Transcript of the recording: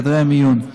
חדרי מיון.